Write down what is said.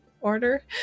order